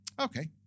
Okay